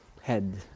head